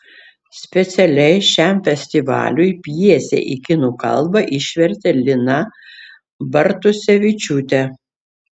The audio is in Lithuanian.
specialiai šiam festivaliui pjesę į kinų kalbą išvertė lina bartusevičiūtė